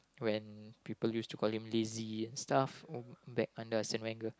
when people used to call him lazy and stuff back under Arsene-Wenger